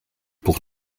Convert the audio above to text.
pour